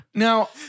Now